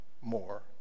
more